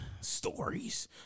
stories